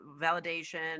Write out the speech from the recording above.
validation